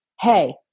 Hey